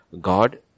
God